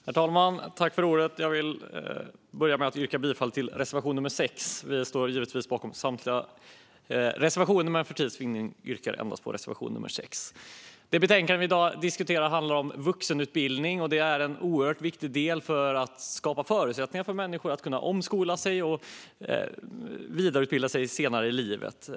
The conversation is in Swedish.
Herr talman! Jag vill börja med att yrka bifall till reservation nr 6. Vi står givetvis bakom samtliga våra reservationer, men för tids vinnande yrkar jag alltså bifall endast till reservation nr 6. Det betänkande vi i dag diskuterar handlar om vuxenutbildning, som är en oerhört viktig del för att skapa förutsättningar för människor att kunna omskola sig och vidareutbilda sig senare i livet.